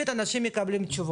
אז אני לא יודע איפה הוא חי.